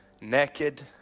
naked